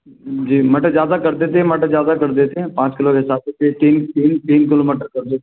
हम्म जी मटर ज़्यादा कर देते मटर ज़्यादा कर देते हैं पाँच किलो या सात किलो तीन तीन किलो मटर कर देते हैं